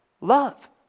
Love